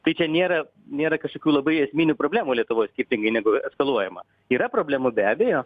tai čia nėra nėra kažkokių labai esminių problemų lietuvoj skirtingai negu eskaluojama yra problemų be abejo